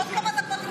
עוד כמה דקות,